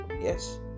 Yes